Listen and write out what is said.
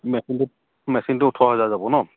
মেচিনটো মেচিনটো ওঠৰ হাজাৰ যাব ন